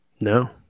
no